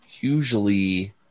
usually